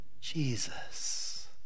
Jesus